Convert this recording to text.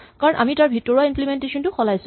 কাৰণ আমি তাৰ ভিতৰোৱা ইম্লিমেন্টেচন টো সলাইছো